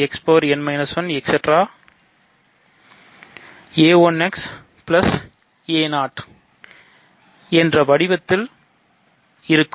a 1 x a 0 என்ற வடிவத்தில் இருக்கும்